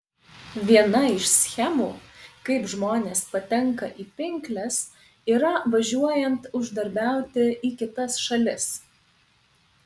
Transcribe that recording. viena iš schemų kaip žmonės patenka į pinkles yra važiuojant uždarbiauti į kitas šalis